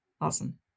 Awesome